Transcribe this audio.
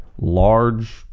large